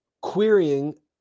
querying